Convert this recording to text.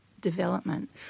development